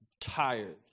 tired